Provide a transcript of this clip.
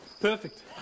Perfect